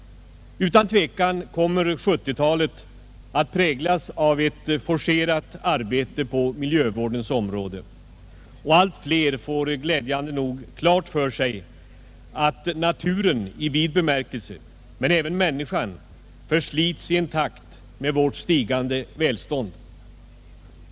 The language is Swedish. Utan tvivel kommer 1970-talet att präglas av ett forcerat arbete på miljövårdens område, och allt fler får glädjande nog klart för sig att naturen i vid bemärkelse men även människan förslits i takt med vårt stigande välstånd.